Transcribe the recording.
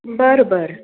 बरं बरं